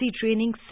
training